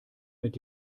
mit